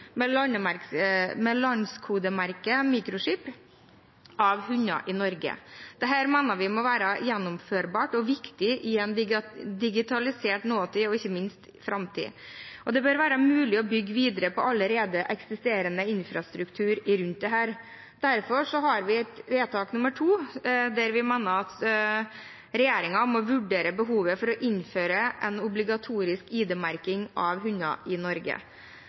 med landskodemerke med mikrochip av hunder i Norge. Dette mener vi må være gjennomførbart og viktig i en digitalisert nåtid og ikke minst i framtiden. Det bør være mulig å bygge videre på allerede eksisterende infrastruktur rundt dette, og derfor har vi et forslag til vedtak II, der vi sier: «Stortinget ber regjeringen vurdere behovet for å innføre en obligatorisk ID-merking av hunder i Norge.»